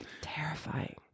Terrifying